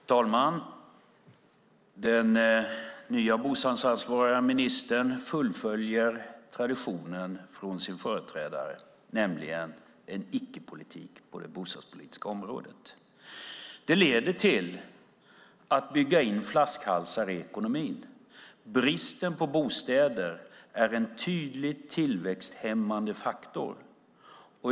Herr talman! Den nye bostadsansvarige ministern fullföljer traditionen från sin företrädare, nämligen en icke-politik på det bostadspolitiska området. Det leder till att man bygger in flaskhalsar i ekonomin. Bristen på bostäder är en tydlig tillväxthämmande faktor.